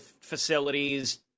facilities